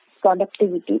Productivity